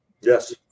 Yes